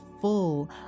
full